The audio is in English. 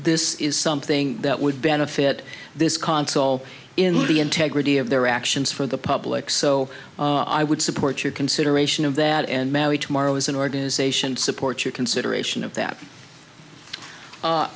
this is something that would benefit this console in the integrity of their actions for the public so i would support your consideration of that and maybe tomorrow as an organization support your consideration of that